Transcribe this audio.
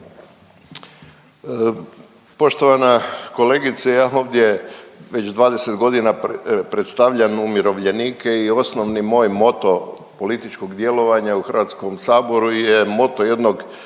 Poštovana kolegice, ja ovdje već 20 godina predstavljam umirovljenike i osnovni moj moto političkog djelovanja u HS-u je moto jednog